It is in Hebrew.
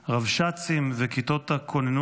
הרבש"צים וכיתות הכוננות,